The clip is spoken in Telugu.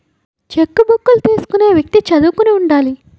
చెక్కుబుక్కులు తీసుకునే వ్యక్తి చదువుకుని ఉండాలి